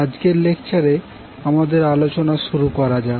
আজকের লেকচারে আমাদের আলোচনা শুরু করা যাক